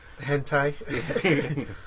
Hentai